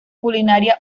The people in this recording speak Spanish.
culinaria